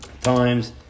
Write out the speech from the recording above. times